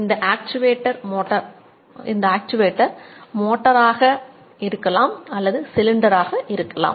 இந்த actuator motor ஆக இருக்கலாம் அல்லது சிலிண்டர் ஆக இருக்கலாம்